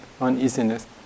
uneasiness